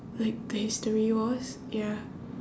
like the history was ya